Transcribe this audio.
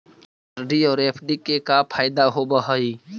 RD और FD के का फायदा होव हई?